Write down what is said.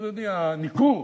ה"ניכור"